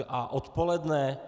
A odpoledne?